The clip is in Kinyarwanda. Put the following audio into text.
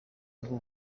nubu